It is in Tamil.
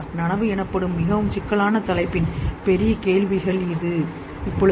நனவு எனப்படும் மிகவும் சிக்கலான தலைப்பின் பெரிய கேள்விகள் இது